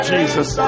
Jesus